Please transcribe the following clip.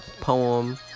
poem